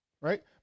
right